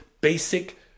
basic